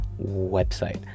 website